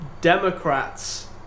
Democrats